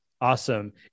awesome